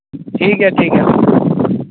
ᱴᱷᱤᱠᱜᱮᱭᱟ ᱴᱷᱤᱠᱜᱮᱭᱟ